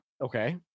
Okay